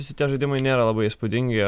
visi tie žaidimai nėra labai įspūdingi